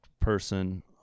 person